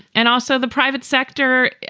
and also the private sector,